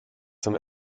zum